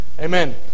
Amen